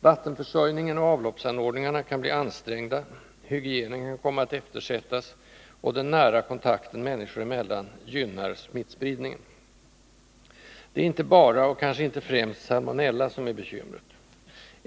Vattenförsörjningen och avloppsanordningarna kan bli ansträngda, hygienen kan komma att eftersättas och den nära kontakten människor emellan gynna smittspridningen. Det är inte bara och kanske inte främst salmonella som är bekymret.